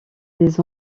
des